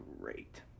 great